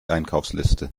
einkaufsliste